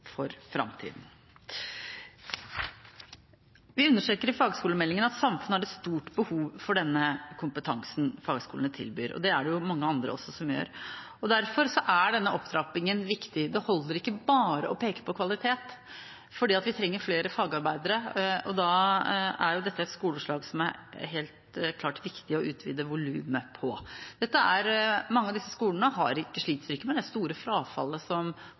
Vi understreker i innstillingen til fagskolemeldingen at samfunnet har et stort behov for den kompetansen fagskolene tilbyr, og det er det mange andre som også gjør. Derfor er denne opptrappingen viktig. Det holder ikke bare å peke på kvalitet, for vi trenger flere fagarbeidere. Da er dette et skoleslag som det er helt klart viktig å utvide volumet på. Mange av disse skolene sliter ikke med det store frafallet